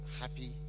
happy